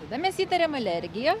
tada mes įtariam alergiją